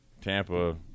Tampa